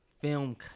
film